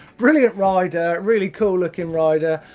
brilliant rider, really cool looking rider.